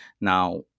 Now